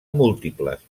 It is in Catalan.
múltiples